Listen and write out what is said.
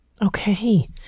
Okay